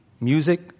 music